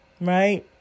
right